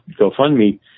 GoFundMe